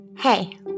Hey